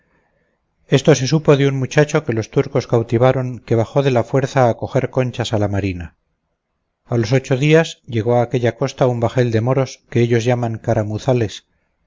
esto se supo de un muchacho que los turcos cautivaron que bajó de la fuerza a coger conchas a la marina a los ocho días llegó a aquella costa un bajel de moros que ellos llaman caramuzales